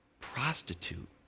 prostitute